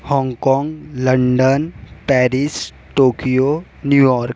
Hong Kong London Paris Tokyo New York